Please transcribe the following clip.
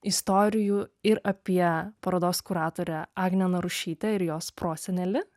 istorijų ir apie parodos kuratorę agnė narušytę ir jos prosenelį